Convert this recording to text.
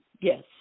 Yes